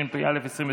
התשפ"א 2020,